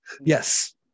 yes